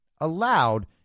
allowed